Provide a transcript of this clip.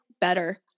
better